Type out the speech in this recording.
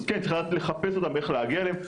אז כן צריך לדעת לחפש אותם ואיך להגיע אליהם.